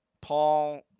Paul